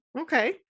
okay